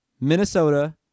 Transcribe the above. Minnesota